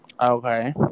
Okay